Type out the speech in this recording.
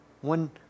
One